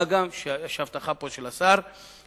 מה גם, יש פה הבטחה של השר שתוכנית